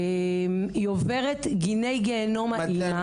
היא עוברת גיני גיהינום האמא.